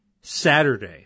Saturday